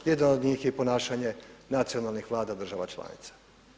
Jedan od njih je i ponašanje nacionalnih vlada država članica.